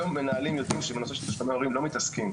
היום מנהלים יודעים שעם הנושא של תשלומי הורים לא מתעסקים,